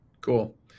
Cool